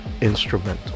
Instrumental